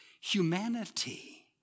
Humanity